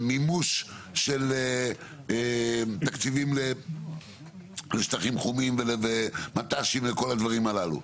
למימוש של תקציבים לשטחים תחומים ולמט"ש וכל הדברים הללו.